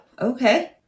Okay